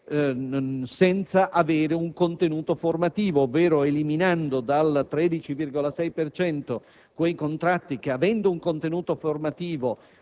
senza avere un contenuto formativo, ovvero, eliminando dal 13,6 per cento quei contratti che, avendo un contenuto formativo,